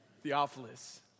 Theophilus